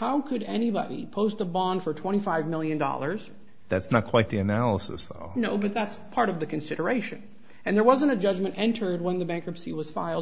how could anybody post a bond for twenty five million dollars that's not quite the analysis you know but that's part of the consideration and there wasn't a judgment entered when the bankruptcy was filed